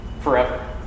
forever